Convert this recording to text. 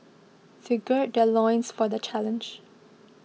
they gird their loins for the challenge